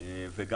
אני